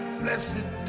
blessed